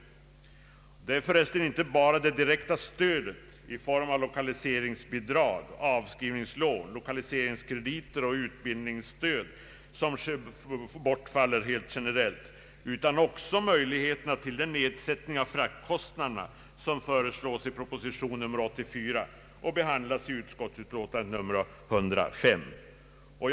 Det är för resten inte bara det direkta stödet i form av lokaliseringsbidrag, avskrivningslån, lokaliseringskrediter och utbildningsbidrag som generellt bortfaller utan också möjligheterna till den nedsättning av fraktkostnader som föreslås i proposition nr 84 och behandlas i statsutskottets utlåtande nr 105. Herr talman!